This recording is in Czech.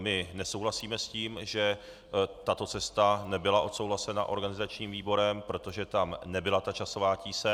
My nesouhlasíme s tím, že tato cesta nebyla odsouhlasena organizačním výborem, protože tam nebyla časová tíseň.